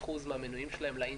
מ-20% מהמנויים שלהם לאינטרנט.